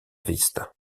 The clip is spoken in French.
vista